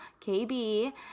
kb